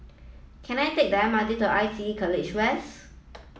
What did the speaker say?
can I take the M R T to ITE College West